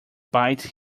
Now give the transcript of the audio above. bites